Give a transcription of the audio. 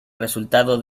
resultado